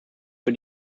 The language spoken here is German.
für